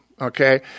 okay